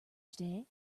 today